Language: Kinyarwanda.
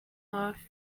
hafi